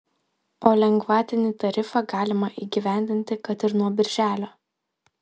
o lengvatinį tarifą galima įgyvendinti kad ir nuo birželio